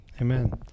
Amen